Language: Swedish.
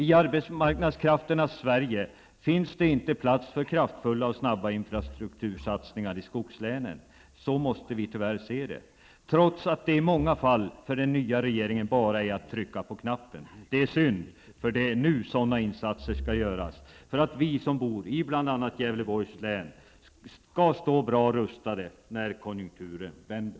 I arbetsmarknadskrafternas Sverige finns det inte plats för kraftfulla och snabba infrastruktursatsningar i skogslänen. Så måste vi tyvärr se det. Trots att det i många fall för den nya regeringen bara är att trycka på knappen. Det är synd, för det är nu sådana insatser skall göras, så att vi som bor bl.a. i Gävleborgs län skall stå bra rustade när konjunkturen vänder.